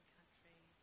Country